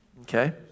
Okay